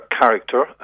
character